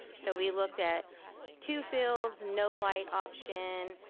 so we looked at two fields, no light option,